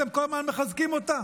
שאתם כל הזמן מחזקים אותה?